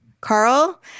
Carl